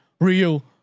Real